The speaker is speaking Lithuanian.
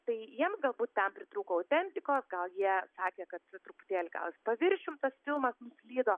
tai jiems galbūt ten pritrūko autentikos gal jie sakė kad truputėlį gal jis paviršium tas filmas nuslydo